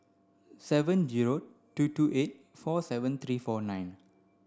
seven zero two two eight four seven three four nine